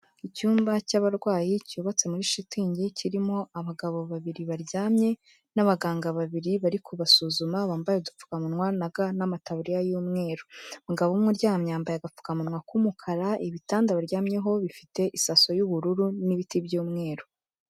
Icyumba cy'abarwayi cyubatse muri shitingi, kirimo abagabo babiri baryamye, n'abaganga babiri bari kubasuzuma, bambaye udupfukamunwa na ga n'amataburiya y'umweru. Umugabo umwe uryamye yambaye agapfukamunwa k'umukara, ibitanda baryamyeho bifite isaso y'ubururu n'ibiti by'umweru.